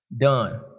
done